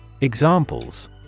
Examples